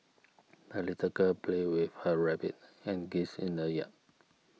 the little girl played with her rabbit and geese in the yard